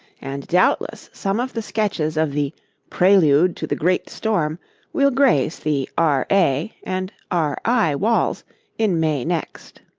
and doubtless some of the sketches of the prelude to the great storm will grace the r. a. and r. i. walls in may next.